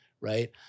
right